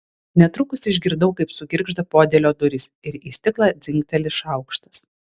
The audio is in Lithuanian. netrukus išgirdau kaip sugirgžda podėlio durys ir į stiklą dzingteli šaukštas